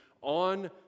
on